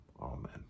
Amen